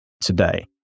today